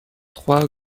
trois